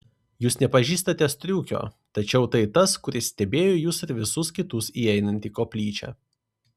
jūs nepažįstate striukio tačiau tai tas kuris stebėjo jus ir visus kitus įeinant į koplyčią